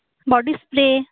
ᱵᱚᱰᱤ spray